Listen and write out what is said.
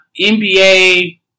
NBA